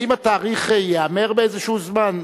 האם התאריך ייאמר באיזה זמן?